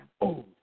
old